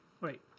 wait